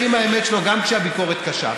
הולך עם האמת שלו גם כשהביקורת קשה,